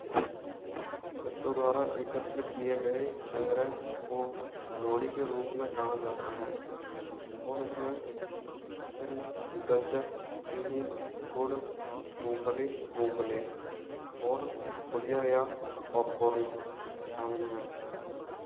बच्चों द्वारा एकत्र किए गए संग्रह को लोहड़ी के रूप में जाना जाता है और इसमें तिल गजक चीनी गुड़ मूँगफली मूँगफली और फ़ुलिया या पॉपकॉर्न शामिल हैं